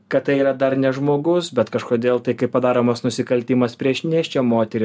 kad tai yra dar ne žmogus bet kažkodėl tai kai padaromas nusikaltimas prieš nėščią moterį